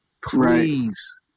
please